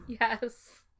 Yes